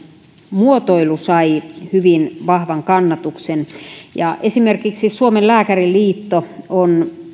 muotoilu sai hyvin vahvan kannatuksen esimerkiksi suomen lääkäriliitto on